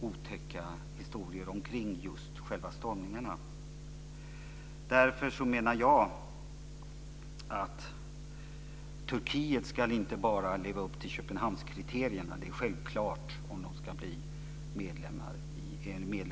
otäcka historier omkring just stormningarna. Därför menar jag att Turkiet inte bara ska leva upp till Köpenhamnskriterierna. Det är självklart om landet ska bli medlem i EU.